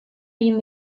egin